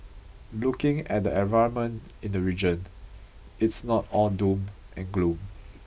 looking at the environment in the region it's not all doom and gloom